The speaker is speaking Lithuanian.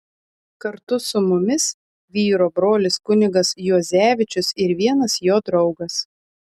kartu su mumis vyro brolis kunigas juozevičius ir vienas jo draugas